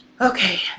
Okay